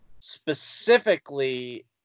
specifically